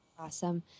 Awesome